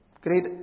great